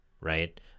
right